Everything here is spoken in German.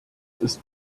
ist